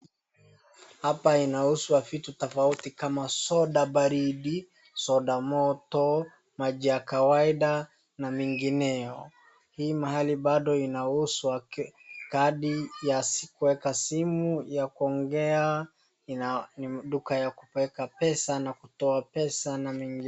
Hapa inauzwa vitu tofauti kama soda baridi ,soda moto, maji ya kawaida na mengineo. Hii mahali bado inauzwa kadi ya kueka simu ya kuongea ina duka ya kueka pesa na kutoa pesa na mengi.